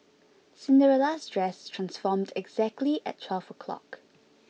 Cinderella's dress transformed exactly at twelve o'clock